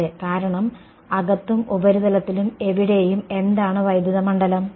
അതെ കാരണം അകത്തും ഉപരിതലത്തിലും എവിടെയും എന്താണ് വൈദ്യത മണ്ഡലം